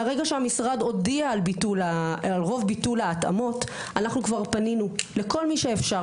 מהרגע שהמשרד הודיע על ביטול ההתאמות אנחנו כבר פנינו לכל מי שאפשר,